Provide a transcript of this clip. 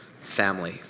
family